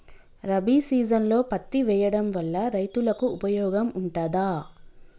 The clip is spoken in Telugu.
రబీ సీజన్లో పత్తి వేయడం వల్ల రైతులకు ఉపయోగం ఉంటదా?